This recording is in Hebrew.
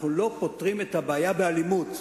אנחנו לא פותרים את הבעיה באלימות.